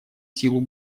силу